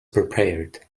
prepared